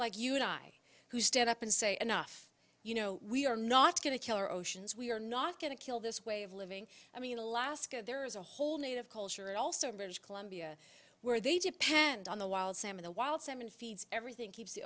like you and i who stand up and say enough you know we are not going to kill our oceans we are not going to kill this way of living i mean alaska there is a whole native culture and also in british columbia where they depend on the wild salmon the wild salmon feeds everything keeps the